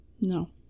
No